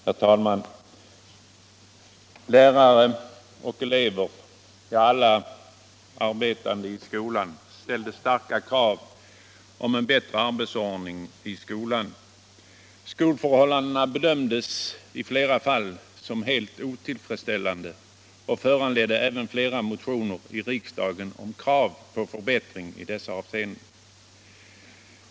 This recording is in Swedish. Herr talman! Lärare och elever, ja, alla arbetande i skolan, ställde starka krav på en bättre arbetsordning i skolan. Skolförhållandena bedömdes i flera fall som helt otillfredsställande och föranledde även många motioner i riksdagen med krav på förbättring i dessa avseenden.